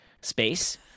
space